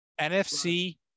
NFC